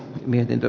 mietintö